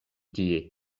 tie